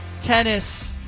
tennis –